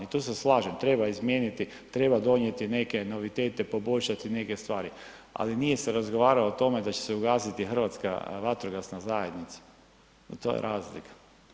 I tu se slažem, treba izmijeniti, treba donijeti neke novitete, poboljšati neke stvari ali nije se razgovaralo o tome da će se ugasiti Hrvatska vatrogasna zajednica, to je razlika.